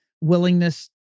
willingness